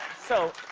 so,